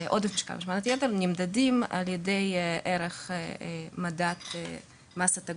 עודף משקל והשמנת יתר נמדדים על ידי מדד מסת הגוף,